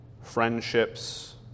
friendships